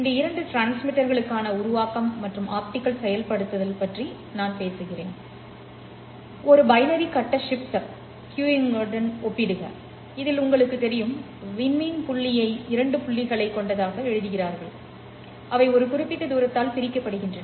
இந்த இரண்டு டிரான்ஸ்மிட்டர்களுக்கான உருவாக்கம் மற்றும் ஆப்டிகல் செயல்படுத்தல் பற்றி நான் பேசுவேன் ஒரு பைனரி கட்ட ஷிப்ட் கீயிங்குடன் ஒப்பிடுக இதில் உங்களுக்குத் தெரியும் விண்மீன் புள்ளியை 2 புள்ளிகளைக் கொண்டதாக எழுதுகிறீர்கள் அவை ஒரு குறிப்பிட்ட தூரத்தால் பிரிக்கப்படுகின்றன